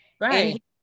Right